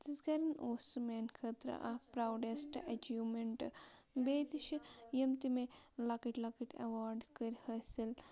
تِژھ گرٮ۪ن اوس سُہ میٛانہِ خٲطرٕ اَکھ پراوڈٮ۪سٹ اٮ۪چیٖومٮ۪نٹ بیٚیہِ تہِ چھِ یِم تہِ مےٚ لَکٕٹۍ لَکٕٹۍ اٮ۪واڈ کٔرۍ حٲصِل